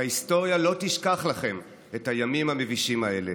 וההיסטוריה לא תשכח לכם את הימים המבישים האלה.